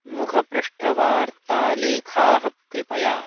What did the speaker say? मुखपृष्ठवार्तालेखाः कृपया